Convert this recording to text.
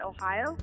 Ohio